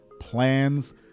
plans